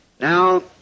now